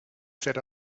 sat